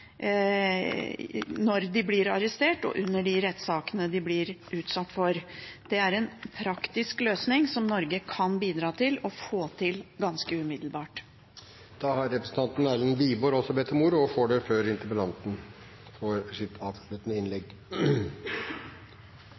når de blir arrestert, og under rettssakene de blir utsatt for. Det er en praktisk løsning som Norge kan bidra til å få til ganske umiddelbart. Jeg hadde i utgangspunktet ikke tenkt å delta i debatten, men det